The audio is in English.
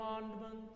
commandments